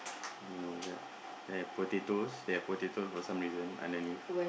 I don't what's that then have potatoes they have potatoes for some reason underneath